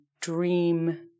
dream